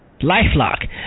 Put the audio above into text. LifeLock